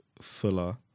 fuller